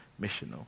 missional